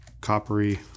coppery